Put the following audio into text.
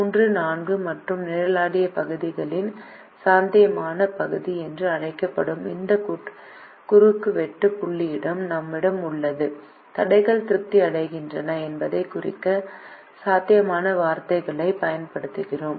3 4 மற்றும் நிழலாடிய பகுதி சாத்தியமான பகுதி என்று அழைக்கப்படும் இந்த குறுக்குவெட்டு புள்ளியும் நம்மிடம் உள்ளது தடைகள் திருப்தி அடைகின்றன என்பதைக் குறிக்க சாத்தியமான வார்த்தையைப் பயன்படுத்துகிறோம்